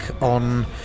on